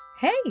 Hey